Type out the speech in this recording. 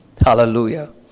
Hallelujah